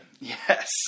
Yes